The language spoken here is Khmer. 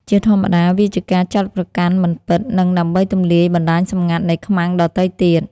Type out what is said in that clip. ជាធម្មតា វាជាការចោទប្រកាន់មិនពិត និងដើម្បី "ទម្លាយ" បណ្តាញសម្ងាត់នៃ "ខ្មាំង" ដទៃទៀត។